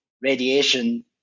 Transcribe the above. radiation